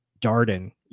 Darden